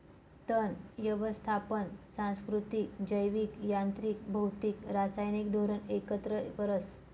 तण यवस्थापन सांस्कृतिक, जैविक, यांत्रिक, भौतिक, रासायनिक धोरण एकत्र करस